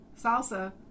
salsa